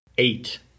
Eight